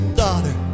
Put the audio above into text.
daughter